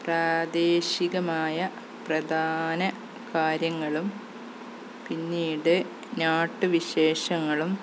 പ്രാദേശികമായ പ്രധാന കാര്യങ്ങളും പിന്നീട് നാട്ടുവിശേഷങ്ങളും